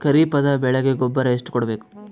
ಖರೀಪದ ಬೆಳೆಗೆ ಗೊಬ್ಬರ ಎಷ್ಟು ಕೂಡಬೇಕು?